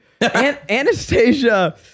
Anastasia